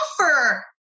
offer